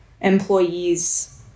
employees